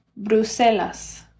Bruselas